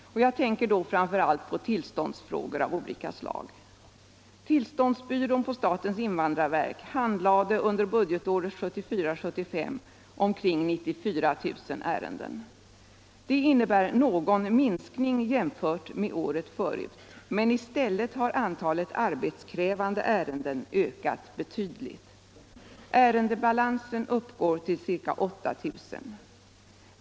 Jag tänker då framför allt på tillståndsfrågor av olika slag. Tillståndsbyrån på statens invandrarverk handlade under budgetåret 1974/75 omkring 94000 ärenden. Det innebär någon minskning i jämförelse med året förut, men i stället har antalet arbetskrävande ärenden ökat betydligt. Ärendebalansen uppgår till ca 8 000.